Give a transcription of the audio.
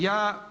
Ja…